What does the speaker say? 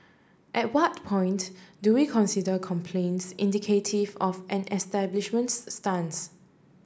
at what point do we consider complaints indicative of an establishment's stance